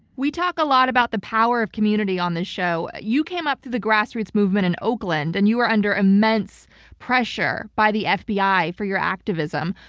we talk a lot about the power of community on this show. you came up through the grassroots movement in oakland and you are under immense pressure by the fbi for your activism.